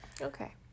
Okay